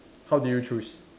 how did you choose